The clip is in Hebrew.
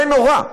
זה נורא,